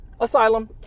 asylum